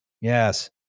yes